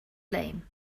lame